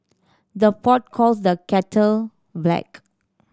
the pot calls the kettle black